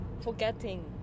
forgetting